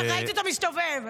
ראיתי אותו מסתובב.